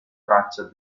traccia